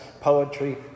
poetry